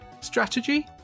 strategy